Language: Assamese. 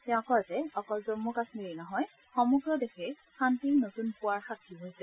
তেওঁ কয় যে অকল জম্মু কাশ্মীৰেই নহয় সমগ্ৰ দেশ শান্তিৰ নতুন পুৱাৰ সাক্ষী হৈছে